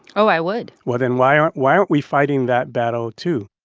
oh, i would well, then why aren't why aren't we fighting that battle, too?